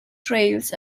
trails